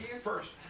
First